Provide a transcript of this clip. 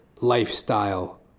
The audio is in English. lifestyle